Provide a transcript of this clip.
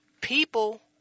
People